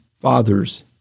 fathers